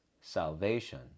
salvation